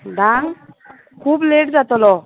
धा खूब लेट जातलो